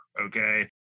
okay